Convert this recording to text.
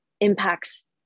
impacts